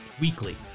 weekly